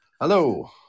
Hello